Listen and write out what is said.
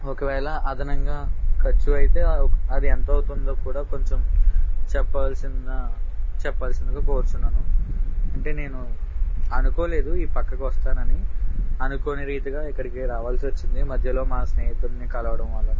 ఒకవేళ అదనంగా ఖర్చు అయితే అది ఎంతవుతుందో కూడా కొంచెం చెప్పవల్సిన చెప్పవల్సిందిగా కోరుచున్నాను అంటే నేను అనుకోలేదు ఈ పక్కకి వస్తానని అనుకోని రీతిగా ఇక్కడికి రావాల్సొచ్చింది మధ్యలో మా స్నేహితున్ని కలవడం వల్లన